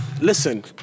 Listen